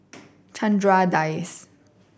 Chandra Das